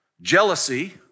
jealousy